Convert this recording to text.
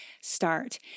start